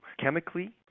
chemically